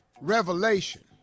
revelation